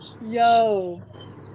Yo